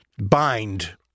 Bind